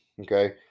okay